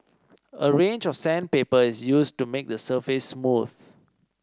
a range of sandpaper is used to make the surface smooth